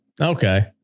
Okay